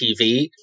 TV